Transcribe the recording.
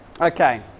okay